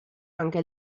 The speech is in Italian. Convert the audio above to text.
anche